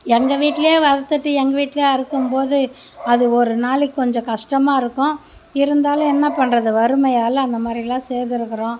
எங்கள் வீட்டிலே வளர்த்துட்டு எங்கள் வீட்டிலே அறுக்கும் போது அது ஒரு நாளைக்கு கொஞ்சம் கஷ்டமா இருக்கும் இருந்தாலும் என்ன பண்ணுறது வறுமையால் அந்த மாதிரிலாம் செய்துருக்கிறோம்